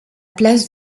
place